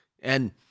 and-